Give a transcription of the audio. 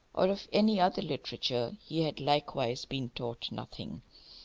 or of any other literature, he had likewise been taught nothing.